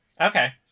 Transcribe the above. Okay